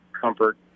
comfort